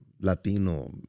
Latino